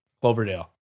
Cloverdale